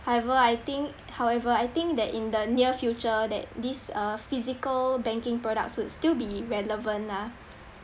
however I think however I think that in the near future that these uh physical banking products would still be relevant lah